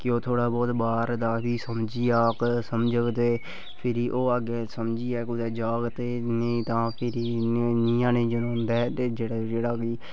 कि ओह् थोह्ड़ा बहुत बाह्र दा बी समझी जाह्ग समझग ते भिरी ओह् अग्गें समझियै कुतै जाह्ग ते नेईं ता भिरी इयां नेईं जरो होंदा ते जेह्ड़ा बी